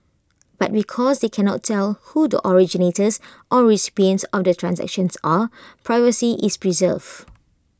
but because they cannot tell who the originators or recipients on the transactions are privacy is preserved